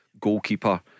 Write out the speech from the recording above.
goalkeeper